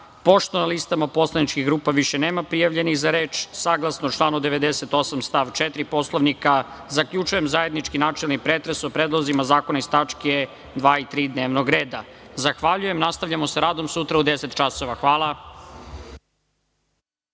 na listama poslaničkih grupa više nema prijavljenih za reč, saglasno članu 98. stav 4. Poslovnika, zaključujem zajednički načelni pretres o predlozima zakona iz tač. 2. i 3. dnevnog reda. Zahvaljujem. Nastavljamo sa radom sutra u 10.00 časova. Hvala.